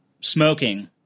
smoking